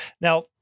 Now